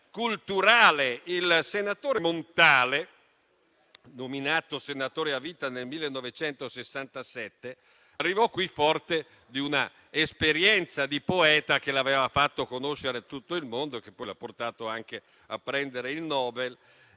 Il senatore Montale, nominato senatore a vita nel 1967, arrivò qui forte di una esperienza di poeta che l'aveva fatto conoscere a tutto il mondo e che poi l'ha portato anche a ricevere il premio